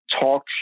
talk